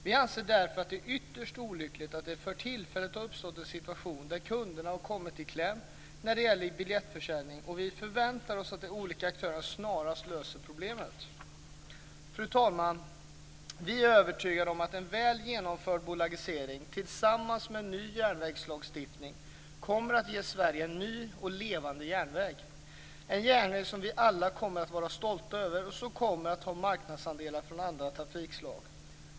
Vi anser därför att det är ytterst olyckligt att det för tillfället har uppstått en situation där kunderna har kommit i kläm när det gäller biljettförsäljningen, och vi förväntar oss att de olika aktörerna snarast löser problemet. Fru talman! Vi är övertygade om att en väl genomförd bolagisering tillsammans med en ny järnvägslagstiftning kommer att ge Sverige en ny och levande järnväg, en järnväg som vi alla kommer att vara stolta över och som kommer att ta marknadsandelar från andra trafikslag.